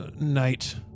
night